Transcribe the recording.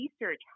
Research